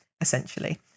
essentially